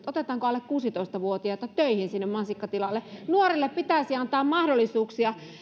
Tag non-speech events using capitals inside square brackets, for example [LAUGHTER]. [UNINTELLIGIBLE] otetaanko alle kuusitoista vuotiaita töihin sinne mansikkatilalle nuorille pitäisi antaa mahdollisuuksia